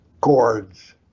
chords